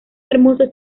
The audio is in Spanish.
hermoso